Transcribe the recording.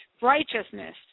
righteousness